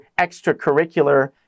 extracurricular